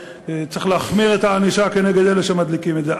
וצריך להחמיר את הענישה כנגד אלה שמדליקים את זה,